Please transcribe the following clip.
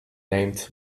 named